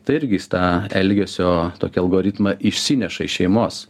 tai irgi jis tą elgesio tokį algoritmą išsineša iš šeimos